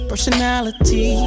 personality